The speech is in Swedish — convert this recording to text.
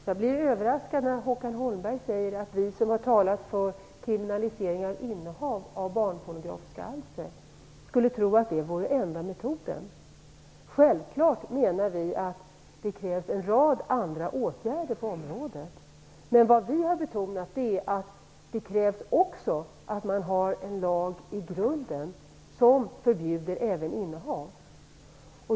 Herr talman! Jag blir överraskad när Håkan Holmberg säger att vi som har talat för kriminalisering av innehav av barnpornografiska alster skulle tro att det vore enda metoden. Självfallet menar vi att det krävs en rad andra åtgärder på området. Men vad vi har betonat är att det också krävs att man har en lag i grunden som förbjuder även innehav.